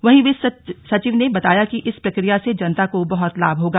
वहीं वित्त सचिव ने बताया कि इस प्रक्रिया से जनता को बहुत लाभ होगा